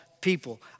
people